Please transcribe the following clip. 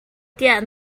tiah